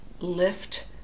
lift